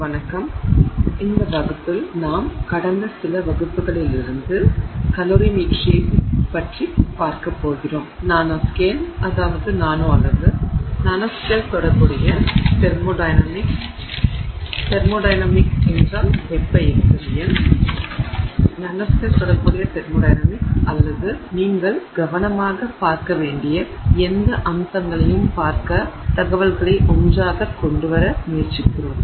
வணக்கம் இந்த வகுப்பில் நாம் கடந்த சில வகுப்புகளிலிருந்து கலோரிமீட்டரியைப் பார்க்கப் போகிறோம் நாணோஸ்கேல் தொடர்புடைய தெர்மோடையனமிக்ஸ் அல்லது நீங்கள் கவனமாகப் பார்க்க வேண்டிய எந்த அம்சங்களையும் பார்க்க தகவல்களை ஒன்றாகக் கொண்டுவர முயற்சிக்கிறோம்